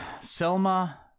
Selma